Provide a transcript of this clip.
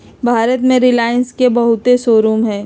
भारत में रिलाएंस के बहुते शोरूम हई